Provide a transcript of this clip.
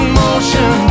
motion